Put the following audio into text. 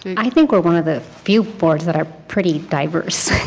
i think we are one of the few boards that are pretty diverse.